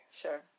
Sure